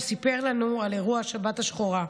והוא סיפר לנו על אירוע השבת השחורה.